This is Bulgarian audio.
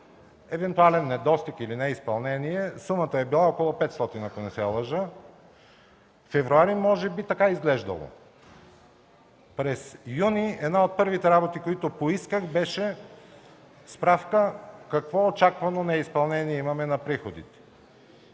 евентуален недостиг или неизпълнение, сумата е била около 500, ако не се лъжа. През февруари може би така е изглеждало?! През юни една от първите работи, които поисках, беше справка какво очаквано неизпълнение имаме на приходите.